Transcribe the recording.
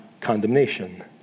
condemnation